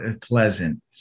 pleasant